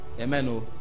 Amen